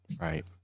Right